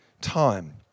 time